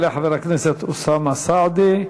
יעלה חבר הכנסת אוסאמה סעדי,